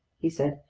he said.